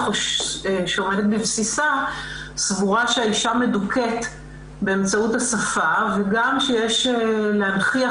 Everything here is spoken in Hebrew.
שעומדת בבסיסה סבורה שהאישה מדוכאת באמצעות השפה וגם שיש להנכיח